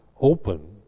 open